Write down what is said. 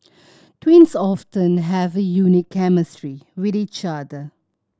twins often have a unique chemistry with each other